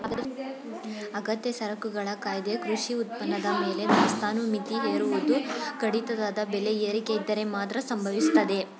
ಅಗತ್ಯ ಸರಕುಗಳ ಕಾಯ್ದೆ ಕೃಷಿ ಉತ್ಪನ್ನದ ಮೇಲೆ ದಾಸ್ತಾನು ಮಿತಿ ಹೇರುವುದು ಕಡಿದಾದ ಬೆಲೆ ಏರಿಕೆಯಿದ್ದರೆ ಮಾತ್ರ ಸಂಭವಿಸ್ತದೆ